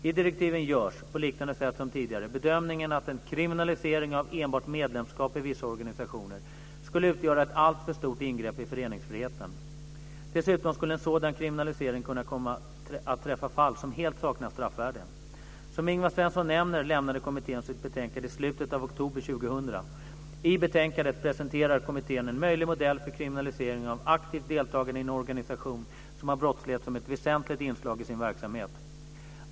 I direktiven görs, på liknande sätt som tidigare, bedömningen att en kriminalisering av enbart medlemskap i vissa organisationer skulle utgöra ett alltför stort ingrepp i föreningsfriheten. Dessutom skulle en sådan kriminalisering kunna komma att träffa fall som helt saknar straffvärde. Som Ingvar Svensson nämner lämnade kommittén sitt betänkande i slutet av oktober 2000. I betänkandet presenterar kommittén en möjlig modell för kriminalisering av aktivt deltagande i en organisation som har brottslighet som ett väsentligt inslag i sin verksamhet.